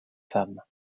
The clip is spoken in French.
femme